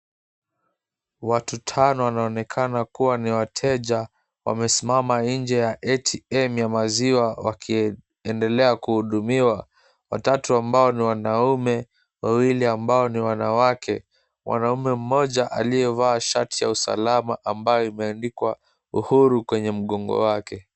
Watu tano wanaonekana kuwa ni wateja wamesimama nje ya ATM ya maziwa wakiendelea kuhudumiwa. Watatu ambao ni wanaume wawili ambao ni wanawake. Mwanaume mmoja aliyevaa shati ya usalama ambayo imeandikwa uhuru kwenye mgongo wake.